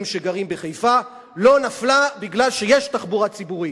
שגרים בחיפה לא נפלה מכיוון שיש תחבורה ציבורית.